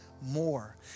more